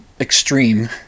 extreme